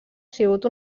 sigut